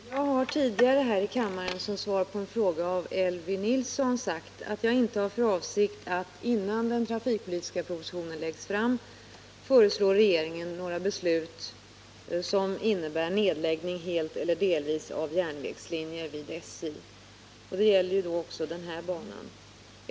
Herr talman! Jag har tidigare här i kammaren som svar på en fråga av Elvy Olsson sagt att jag inte har för avsikt att innan den trafikpolitiska propositionen läggs fram föreslå regeringen några beslut som innebär nedläggning helt eller delvis av järnvägslinjer vid SJ. Det gäller också den här banan.